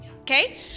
Okay